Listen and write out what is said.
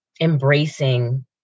embracing